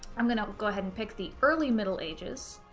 i'm gonna go ahead and pick the early middle ages.